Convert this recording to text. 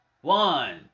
One